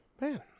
Man